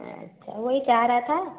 अच्छा वही चाह रहा था